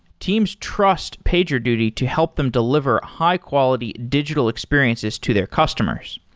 teams trust pagerduty to help them deliver high-quality digital experiences to their customers.